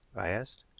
i asked.